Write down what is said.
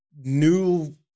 new